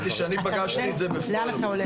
אתה נותן לאן אתה הולך.